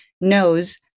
knows